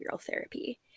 Therapy